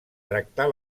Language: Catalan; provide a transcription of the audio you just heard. tractar